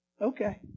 okay